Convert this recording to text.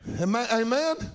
Amen